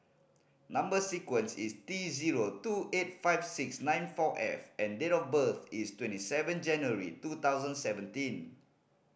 number sequence is T zero two eight five six nine four F and date of birth is twenty seven January two thousand seventeen